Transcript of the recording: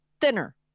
thinner